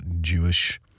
Jewish